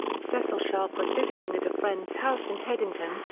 cecil sharp was visiting at a friend's house in headington,